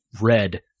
red